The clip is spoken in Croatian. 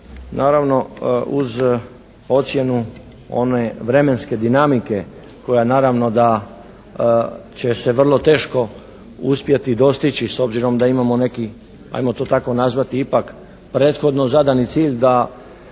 naravno uz ocjenu one vremenske dinamike koja naravno da će se vrlo teško uspjeti dostići s obzirom da imamo neki ajmo to tako nazvati, iapk prethodno zadani cilj da